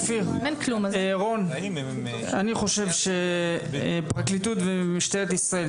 אני חושב שפרקליטות ומשטרת ישראל,